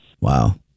Wow